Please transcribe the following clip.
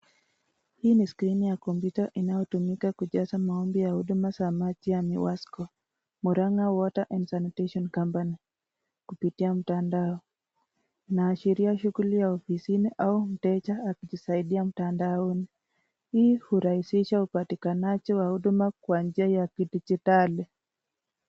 Hii ni skrini ya kompyuta inayotumika kujaza maombi ya huduma za maji ya muwasco, Murang'a Water and Sanitation Company kupitia mtandao. Inaashiria shughuli ya ofisi au mteja akijisaidia mtandaoni, hii hurahisisha upatikanaji wa huduma kwa njia ya kidijitali.